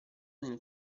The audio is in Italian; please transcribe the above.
nel